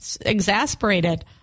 exasperated